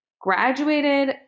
graduated